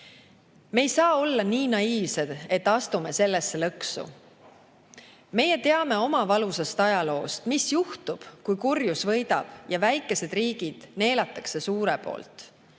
Me ei saa olla nii naiivsed, et astume sellesse lõksu. Meie teame oma valusast ajaloost, mis juhtub, kui kurjus võidab ja väikesed riigid neelatakse suure poolt.